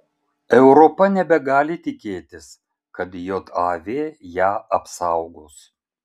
europa nebegali tikėtis kad jav ją apsaugos